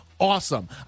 awesome